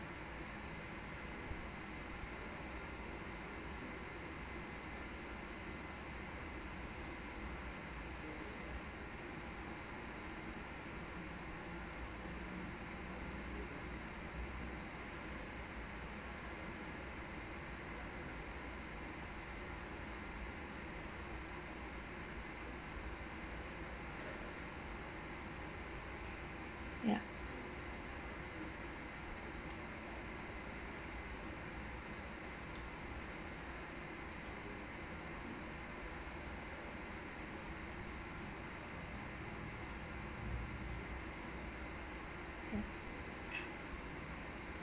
ya ya